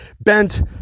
bent